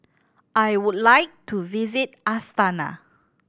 I would like to visit Astana